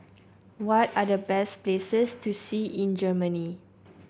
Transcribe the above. what are the best places to see in Germany